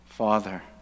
Father